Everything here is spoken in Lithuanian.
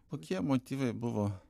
kokie motyvai buvo